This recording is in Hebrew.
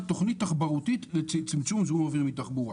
תוכנית תחבורתית לצמצום זיהום אוויר מתחבורה.